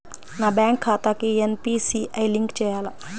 నా బ్యాంక్ ఖాతాకి NPCI link చేయాలా?